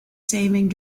saving